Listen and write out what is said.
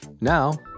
Now